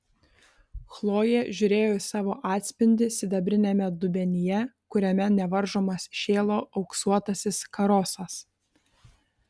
chlojė žiūrėjo į savo atspindį sidabriniame dubenyje kuriame nevaržomas šėlo auksuotasis karosas